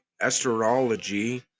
astrology